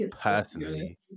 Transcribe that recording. personally